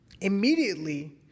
Immediately